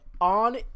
on